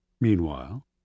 Meanwhile